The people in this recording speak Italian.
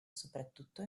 soprattutto